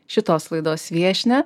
šitos laidos viešnią